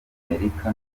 amerika